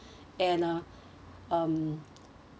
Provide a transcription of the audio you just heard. and uh um